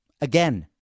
again